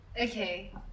Okay